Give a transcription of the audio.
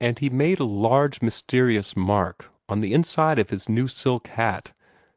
and he made a large mysterious mark on the inside of his new silk hat